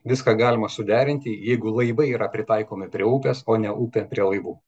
viską galima suderinti jeigu laivai yra pritaikomi prie upės o ne upė prie laivų